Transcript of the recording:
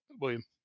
William